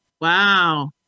Wow